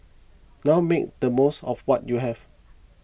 now make the most of what you have